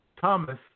Thomas